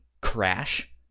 crash